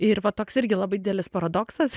ir va toks irgi labai didelis paradoksas